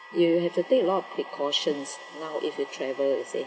you have to take a lot of precautions now if you travel you see